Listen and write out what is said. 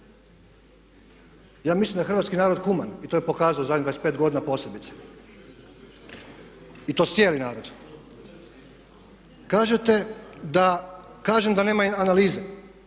Ja mislim da je hrvatski narod human i to je pokazao zadnjih 25 godina posebice i to cijeli narod. Kažete da kažem da nema analize.